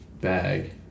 bag